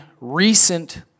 recent